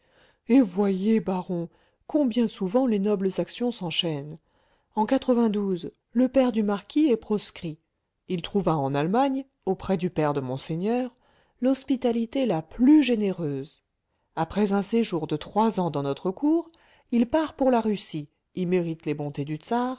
et voyez baron combien souvent les nobles actions s'enchaînent en le père du marquis est proscrit il trouva en allemagne auprès du père de monseigneur l'hospitalité la plus généreuse après un séjour de trois ans dans notre cour il part pour la russie y mérite les bontés du